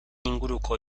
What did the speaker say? inguruko